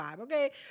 Okay